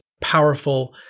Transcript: powerful